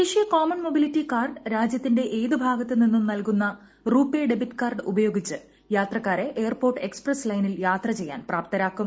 ദേശീയ common mobility card രാജ്യത്തിന്റെ ഏത് ഭാഗത്തുനിന്നും നൽകുന്ന റുപേ ഡെബിറ്റ് കാർഡ് ഉപയോഗിച്ച് യാത്രക്കാരെ എയർപോർട്ട് എക്സ്പ്രസ് ്ലൈനിൽ യാത്ര ചെയ്യാൻ പ്രാപ്തരാക്കും